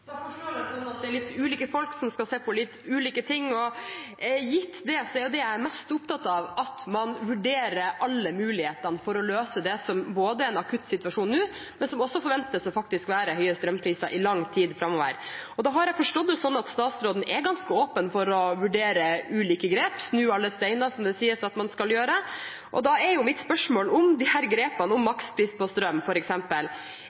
Da forstår jeg det slik at det er litt ulike folk som skal se på litt ulike ting, og gitt det: Det jeg er mest opptatt av, er at man vurderer alle muligheter for å løse det som både er en akutt situasjon nå, og som faktisk forventes å føre til høye strømpriser i lang tid framover. Jeg har forstått det slik at statsråden er ganske åpen for å vurdere ulike grep og snu alle steiner, som det sies at man skal gjøre, og da gjelder mitt spørsmål